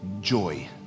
joy